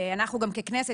אנחנו גם ככנסת,